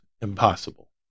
impossible